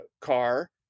car